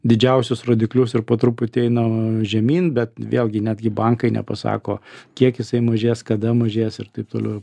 didžiausius rodiklius ir po truputį eina žemyn bet vėlgi netgi bankai nepasako kiek jisai mažės kada mažės ir taip toliau